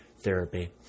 therapy